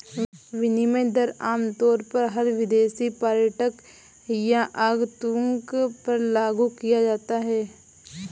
विनिमय दर आमतौर पर हर विदेशी पर्यटक या आगन्तुक पर लागू किया जाता है